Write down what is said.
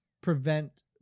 prevent